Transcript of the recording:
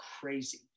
crazy